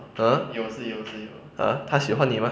ah ah 她喜欢你 mah